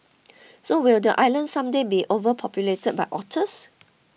so will the island someday be overpopulated by otters